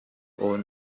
all